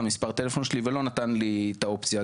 מספר הטלפון שלי ולא נתן לי את האופציה.